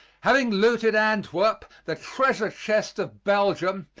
having looted antwerp, the treasure chest of belgium,